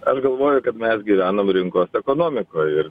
aš galvoju kad mes gyvenam rinkos ekonomikoj ir